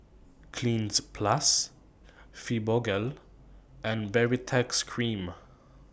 Cleanz Plus Fibogel and Baritex Cream